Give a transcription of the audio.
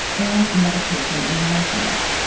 and meditation and mindfulness.